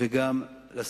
וגם לשר.